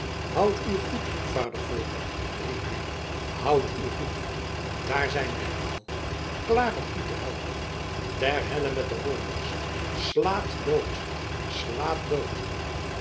houd u goed vader volkert riep hij houd u goed daar zijn wij al klaar om u te helpen ter helle met de hollanders slaat dood slaat dood